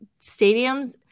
stadiums